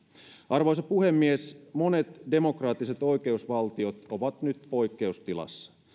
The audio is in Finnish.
arvoisa puhemies monet demokraattiset oikeusvaltiot ovat nyt poikkeustilassa